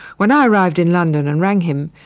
when i arrived in london and rang him,